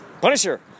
Punisher